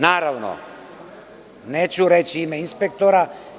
Naravno, neću reći ime inspektora.